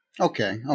Okay